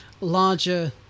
larger